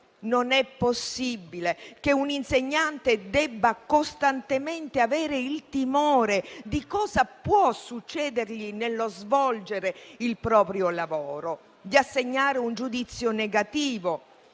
Non è possibile che un insegnante debba costantemente avere il timore di cosa può succedergli nello svolgere il proprio lavoro, di assegnare un giudizio negativo.